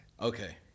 Okay